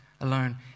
alone